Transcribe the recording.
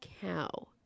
cow